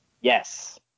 Yes